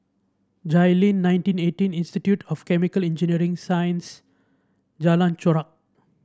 Jayleen nineteen eighteen Institute of Chemical Engineering Sciences Jalan Chorak